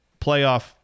playoff